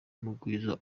mugwiza